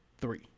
three